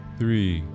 three